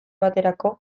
baterako